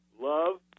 Love